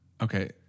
Okay